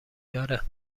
داره